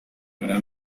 gran